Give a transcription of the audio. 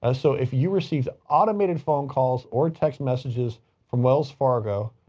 ah so if you received automated phone calls or text messages from wells fargo,